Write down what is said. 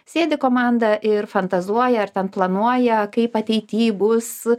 sėdi komanda ir fantazuoja ar ten planuoja kaip ateity bus